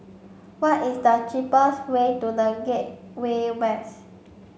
what is the cheapest way to The Gateway West